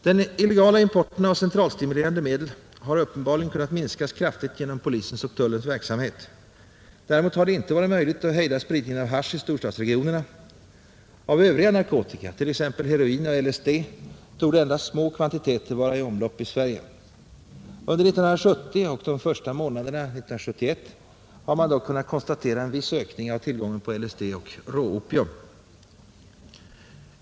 Den illegala importen av centralstimulerande medel har uppenbarligen kunnat minskas kraftigt genom polisens och tullens verksamhet. Däremot har det inte varit möjligt att hejda spridningen av hasch i storstadsregionerna. Av övriga narkotika, t.ex. heroin och LSD, torde endast små kvantiteter vara i omlopp i Sverige. Under år 1970 och de första månaderna 1971 har man dock kunnat konstatera en viss ökning av tillgången på LSD och råopium.